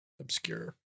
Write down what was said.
obscure